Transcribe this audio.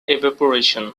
evaporation